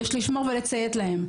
יש לשמור ולציית להם,